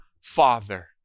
father